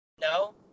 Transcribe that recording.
No